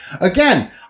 again